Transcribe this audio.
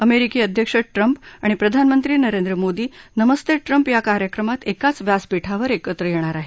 अमेरिकी अध्यक्ष ट्रम्प आणि प्रधानमंत्री नरेंद्र मोदी नमस्ते ट्रम्प या कार्यक्रमात एकाच व्यासपीठावर एकत्र येणार आहेत